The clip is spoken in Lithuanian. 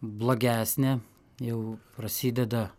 blogesnė jau prasideda